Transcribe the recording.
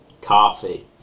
Coffee